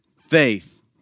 faith